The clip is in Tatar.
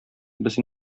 без